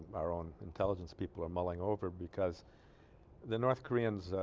our own intelligence people are mulling over because the north koreans ah.